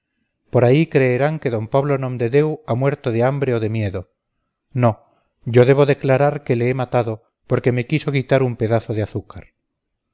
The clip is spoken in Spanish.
por ahí creerán que d pablo nomdedeu ha muerto de hambre o de miedo no yo debo declarar que le he matado porque me quiso quitar un pedazo de azúcar